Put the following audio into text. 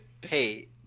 Hey